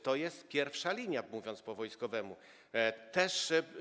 To jest pierwsza linia, mówiąc po wojskowemu.